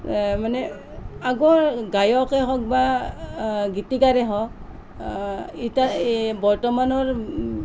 মানে আগৰ গায়কেই হওঁক বা গীতিকাৰেই হওঁক এতিয়া বৰ্তমানৰ